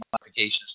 modifications